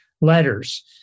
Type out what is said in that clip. letters